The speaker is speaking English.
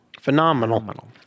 Phenomenal